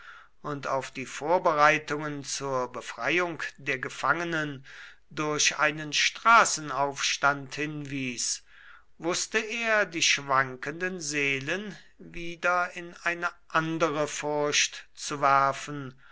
und auf die vorbereitungen zur befreiung der gefangenen durch einen straßenaufstand hinwies wußte er die schwankenden seelen wieder in eine andere furcht zu werfen